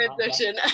transition